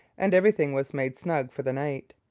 and everything was made snug for the night.